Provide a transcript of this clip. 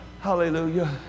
Hallelujah